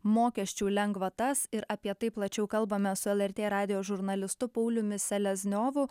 mokesčių lengvatas ir apie tai plačiau kalbamės su lrt radijo žurnalistu pauliumi selezniovu